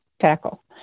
Tackle